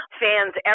fans